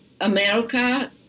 America